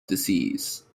disease